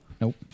Nope